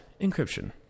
encryption